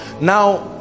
now